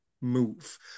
move